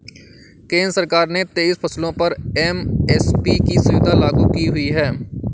केंद्र सरकार ने तेईस फसलों पर एम.एस.पी की सुविधा लागू की हुई है